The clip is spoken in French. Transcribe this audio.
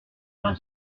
bien